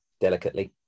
delicately